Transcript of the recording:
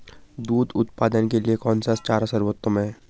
दूध उत्पादन के लिए कौन सा चारा सर्वोत्तम है?